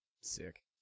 sick